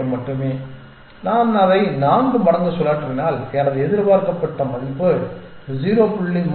08 மட்டுமே நான் அதை 4 மடங்கு சுழற்றினால் எனது எதிர்பார்க்கப்பட்ட மதிப்பு 0